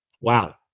Wow